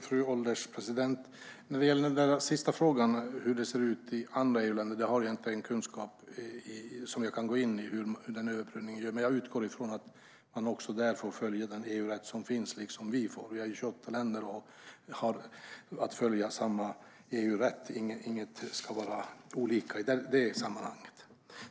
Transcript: Fru ålderspresident! När det gäller den sista frågan, om hur det ser ut i andra EU-länder, har jag inte kunskap om hur det ser ut, men jag utgår från att man också där får följa den EU-rätt som finns på samma sätt som vi får. Vi är ju 28 länder som har att följa samma EU-rätt. Inget ska vara olika i det sammanhanget.